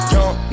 Young